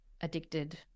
addicted